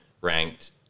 ranked